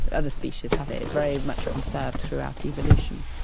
other species have it, it's very much conserved throughout evolution,